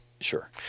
sure